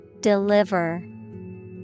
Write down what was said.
Deliver